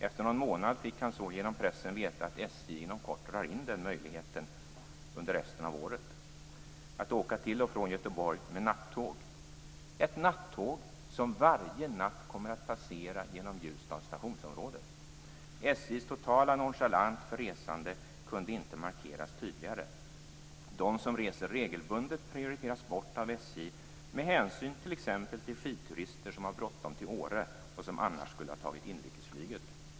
Efter någon månad fick han så genom pressen veta att SJ inom kort drar in möjligheten att under resten av året åka till och från Göteborg med nattåg - ett nattåg som varje natt kommer att passera genom Ljusdals stationsområde. SJ:s totala nonchalans för resande kunde inte markeras tydligare. De som reser regelbundet prioriteras bort av SJ med hänsyn t.ex. till skidturister som har bråttom till Åre och som annars skulle ha tagit inrikesflyget.